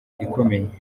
ikomeye